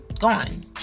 gone